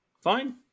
Fine